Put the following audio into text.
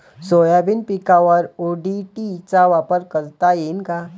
Soybean पिकावर ODT चा वापर करता येईन का?